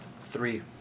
Three